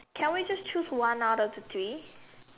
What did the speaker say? can we just choose one out of the three